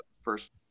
first